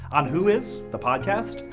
on who is the podcast.